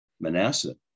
Manasseh